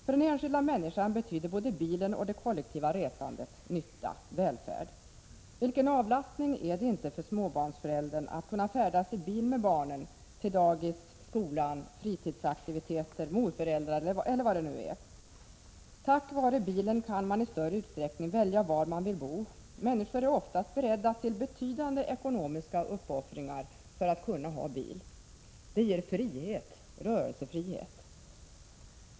För den enskilda människan betyder både bilen och det kollektiva resandet nytta, välfärd. Vilken avlastning är det inte för småbarnsföräldern att kunna färdas i bil med barnen -— till dagis, skolan, fritidsaktiviteter, morföräldrar eller vad det nu är. Tack vare bilen kan man i större utsträckning välja var man vill bo. Människor är oftast beredda till betydande ekonomiska uppoffringar för att kunna ha bil. Den ger frihet, rörelsefrihet.